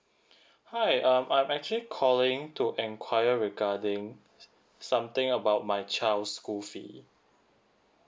hi um I'm actually calling to enquire regarding something about my child's school fee